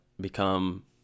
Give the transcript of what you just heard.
become